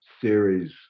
series